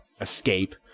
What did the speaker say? escape